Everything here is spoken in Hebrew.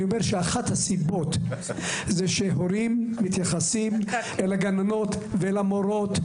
אני אומר שאחת הסיבות זה שהורים מתייחסים אל הגננות ואל המורות,